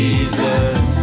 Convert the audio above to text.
Jesus